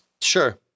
Sure